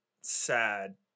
sad